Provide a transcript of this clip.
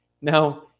now